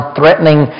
threatening